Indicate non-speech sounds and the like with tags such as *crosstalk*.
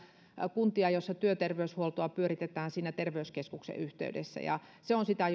kuntia joissa työterveyshuoltoa pyöritetään terveyskeskuksen yhteydessä ja se on sitä *unintelligible*